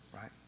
right